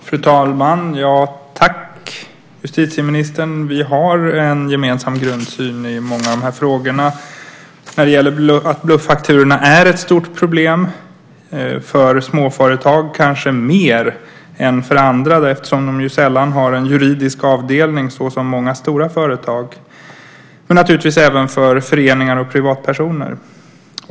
Fru talman! Jag tackar justitieministern. Vi har en gemensam grundsyn i många av de här frågorna. Bluffakturorna är ett stort problem för småföretag, kanske mer än för andra eftersom de sällan har en juridisk avdelning så som många stora företag, men naturligtvis även för föreningar och privatpersoner.